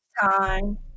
time